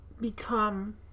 become